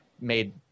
made